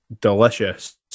delicious